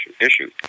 issue